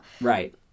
Right